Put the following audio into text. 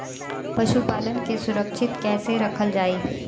पशुपालन के सुरक्षित कैसे रखल जाई?